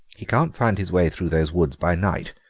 he can't find his way through those woods by night,